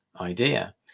idea